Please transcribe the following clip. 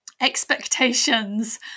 expectations